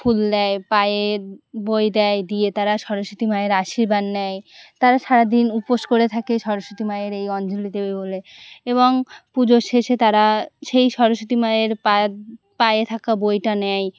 ফুল দেয় পায়ের বই দেয় দিয়ে তারা সরস্বতী মায়ের আশীর্বাদ নেয় তারা সারাাদিন উপোস করে থাকে সরস্বতী মায়ের এই অঞ্জলি দেবে বলে এবং পুজোর শেষে তারা সেই সরস্বতী মায়ের পা পায়ে থাকা বইটা নেয়